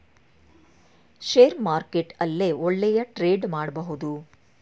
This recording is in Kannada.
ಷೇರ್ ಮಾರ್ಕೆಟ್ ಅಲ್ಲೇ ಒಳ್ಳೆಯ ಟ್ರೇಡ್ ಮಾಡಬಹುದು